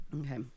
Okay